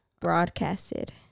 Broadcasted